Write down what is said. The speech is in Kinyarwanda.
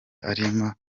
arimo